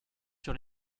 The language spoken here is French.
sur